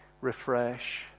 refresh